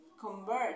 convert